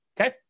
Okay